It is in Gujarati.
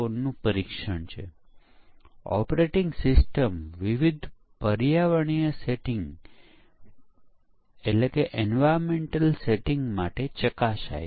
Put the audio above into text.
એકમ પરીક્ષણમાં લગભગ 40 ટકા ભૂલો છતી થઈ છે આશરે 25 ટકા એકીકરણ સિસ્ટમ પરીક્ષણમાં 15 ટકા અને છેવટે જ્યારે ગ્રાહકોને સોફ્ટવેર આપવામાં આવે ત્યારે તેઓએ 10 ટકા અહેવાલ આપ્યો છે